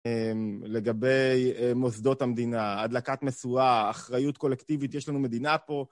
לגבי מוסדות המדינה, הדלקת משואה, אחריות קולקטיבית, יש לנו מדינה פה.